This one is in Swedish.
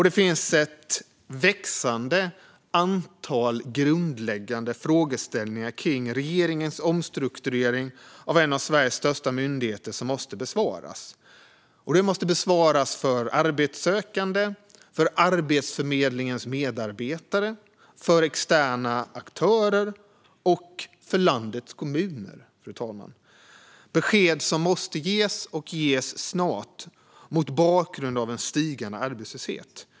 Det finns ett växande antal grundläggande frågeställningar vad gäller regeringens omstrukturering av en av Sveriges största myndigheter som måste besvaras. De måste besvaras för arbetssökandes, Arbetsförmedlingens medarbetares, externa aktörers och landets kommuners skull, fru talman. Det är besked som måste ges snart mot bakgrund av en stigande arbetslöshet.